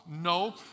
No